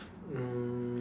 um